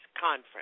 conference